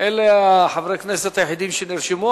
אלה חברי הכנסת היחידים שנרשמו,